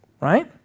right